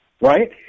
right